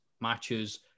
matches